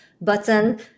Button